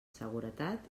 seguretat